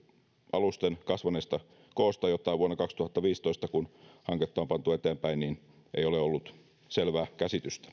alusten kasvaneesta koosta josta vuonna kaksituhattaviisitoista kun hanketta on pantu eteenpäin ei ole ollut selvää käsitystä